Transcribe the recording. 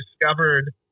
discovered